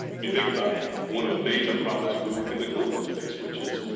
you think about one of the major problems that we work in the clinical space, which is,